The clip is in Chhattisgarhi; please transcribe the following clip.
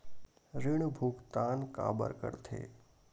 ऋण भुक्तान काबर कर थे?